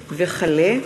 צרצור,